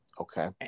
okay